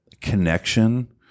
connection